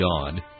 God